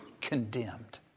condemned